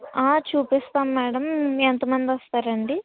చూపిస్తాము మేడం ఎంతమంది వస్తారండి